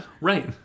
Right